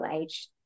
age